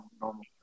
normal